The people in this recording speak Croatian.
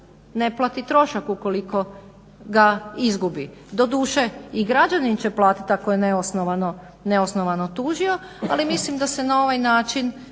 ne plati trošak ukoliko ga izgubi. Doduše i građanin će platiti ako je neosnovano tužio, ali mislim da se na ovaj način